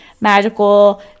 magical